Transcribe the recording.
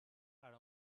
are